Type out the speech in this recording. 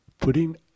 putting